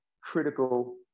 critical